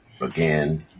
again